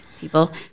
people